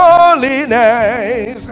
Holiness